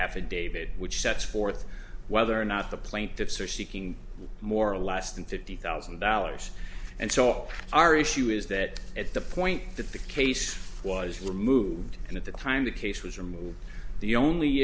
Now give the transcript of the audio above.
affidavit which sets forth whether or not the plaintiffs are seeking more or less than fifty thousand dollars and so all our issue is that at the point that the case was removed and at the time the case was removed the only